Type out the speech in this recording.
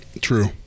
True